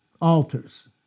altars